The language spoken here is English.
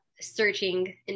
searching